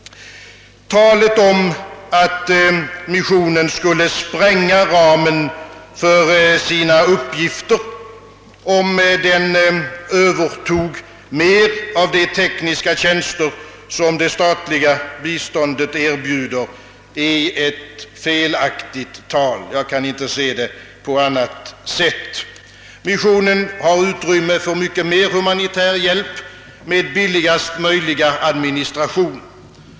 Talet om att missionen skulle spränga ramen för sina uppgifter, om den övertog mer av de tekniska tjänster, som det statliga biståndet erbjuder, är felaktigt — jag kan inte se det på annat sätt. Missionen har utrymme för mycket mer humanitär hjälp med billigast möjliga administration.